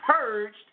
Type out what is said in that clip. purged